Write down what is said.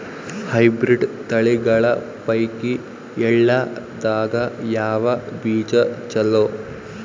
Hybrid ತಳಿಗಳ ಪೈಕಿ ಎಳ್ಳ ದಾಗ ಯಾವ ಬೀಜ ಚಲೋ?